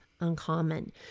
uncommon